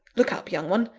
look up, young one!